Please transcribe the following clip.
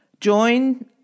Join